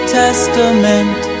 testament